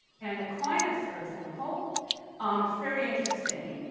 and aquinas, for example um it's very interesting.